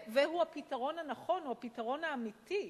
והוא הפתרון הנכון, הפתרון האמיתי.